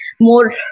more